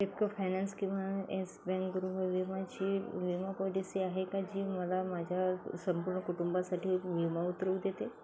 Bytco finance किंवा Yes bank गृह विमा ची विमा पॉलिसी आहे का जी मला माझ्या संपूर्ण कुटुंबासाठी विमा उतरवू देते